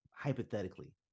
Hypothetically